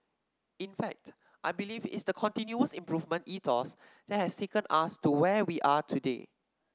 in fact I believe it's the continuous improvement ethos that has taken us to where we are today